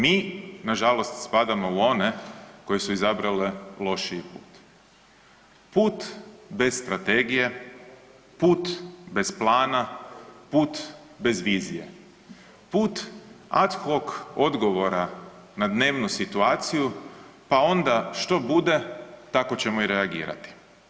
Mi nažalost spadamo u one koji su izabrale lošiji put bez strategija, put bez plana, put bez vizije, put ad hoc odgovora na dnevnu situaciju pa onda što bude tako ćemo i reagirati.